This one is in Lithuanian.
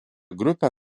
grupę